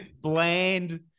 bland